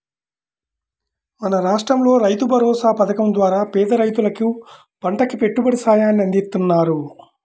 మన రాష్టంలో రైతుభరోసా పథకం ద్వారా పేద రైతులకు పంటకి పెట్టుబడి సాయాన్ని అందిత్తన్నారు